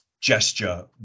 gesture